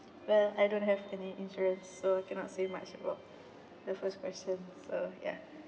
well I don't have any insurance so cannot say much about the first question so ya